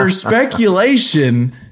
speculation